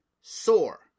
sore